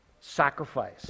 sacrifice